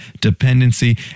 dependency